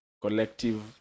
collective